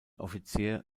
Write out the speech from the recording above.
offizier